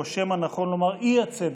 או שמא נכון לומר האי-צדק